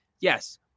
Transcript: yes